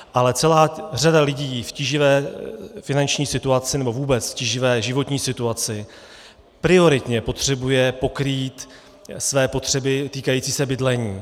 Ale celá řada lidí v tíživé finanční situaci nebo vůbec v tíživé životní situaci prioritně potřebuje pokrýt své potřeby týkající se bydlení.